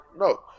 No